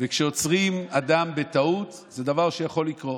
וכשעוצרים אדם בטעות, זה דבר שיכול לקרות,